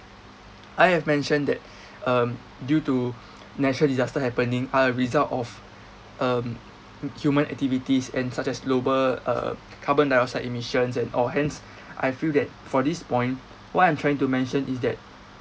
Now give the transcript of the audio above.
I have mentioned that um due to natural disasters happening are a result of um human activities and such as global uh carbon dioxide emissions and all hence I feel that for this point what I'm trying to mention is that